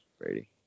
Brady